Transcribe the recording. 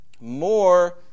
more